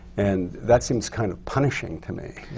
and that seems kind of punishing to me,